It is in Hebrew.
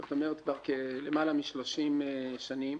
זאת אומרת, למעלה מ-30 שנים.